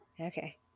Okay